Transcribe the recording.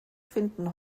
finden